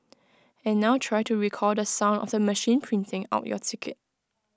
and now try to recall the sound of the machine printing out your ticket